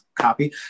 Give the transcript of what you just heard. copy